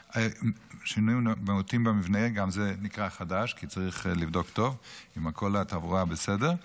גם זה נקרא חדש כי צריך לבדוק טוב אם כל התברואה בסדר,